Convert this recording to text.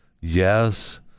Yes